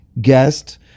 guest